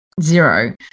zero